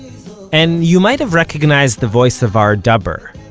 and you might have recognized the voice of our douber,